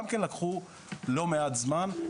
גם כן לקחו לא מעט זמן,